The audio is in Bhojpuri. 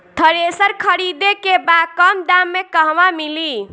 थ्रेसर खरीदे के बा कम दाम में कहवा मिली?